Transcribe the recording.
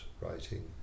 writing